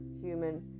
human